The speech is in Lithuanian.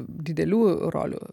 didelių rolių